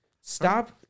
Stop